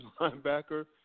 linebacker